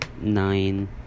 nine